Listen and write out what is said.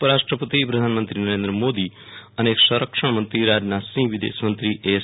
ઉપરાષ્ટપતિ પ્રધાનમંત્રી નરેન્દ્ર મોદી અને સરક્ષણ મંત્રી રાજનાથસિંહ વિદેશમંત્રી એસ